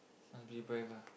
must be brave ah